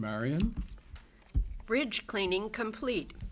marian bridge cleaning complete